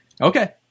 Okay